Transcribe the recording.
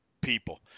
people